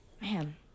man